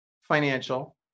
financial